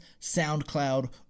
SoundCloud